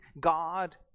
God